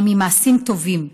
אלא ממעשים טובים,